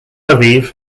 aviv